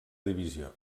divisió